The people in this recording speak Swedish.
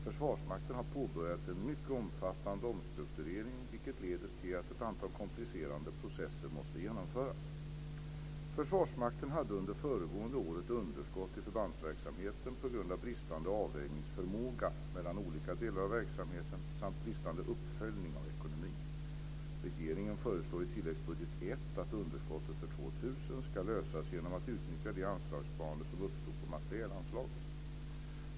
Försvarsmakten har påbörjat en mycket omfattande omstrukturering, vilket leder till att ett antal komplicerade processer måste genomföras. Försvarsmakten hade under föregående år ett underskott i förbandsverksamheten på grund av bristande avvägningsförmåga mellan olika delar av verksamheten samt bristande uppföljning av ekonomin. Regeringen föreslår i tilläggsbudget 1 att underskottet för 2000 ska lösas genom att utnyttja det anslagssparande som uppstod på materielanslaget.